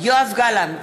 יואב גלנט,